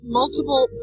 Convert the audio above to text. multiple